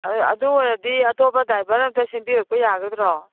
ꯑꯗ ꯑꯗꯨ ꯑꯣꯏꯔꯗꯤ ꯑꯇꯣꯞꯄ ꯗ꯭ꯔꯥꯏꯕꯔ ꯑꯃꯇ ꯁꯤꯟꯕꯤꯔꯛꯄ ꯌꯥꯒꯗ꯭ꯔꯣ